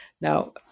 Now